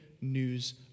news